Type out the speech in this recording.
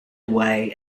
away